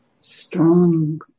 strong